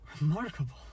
Remarkable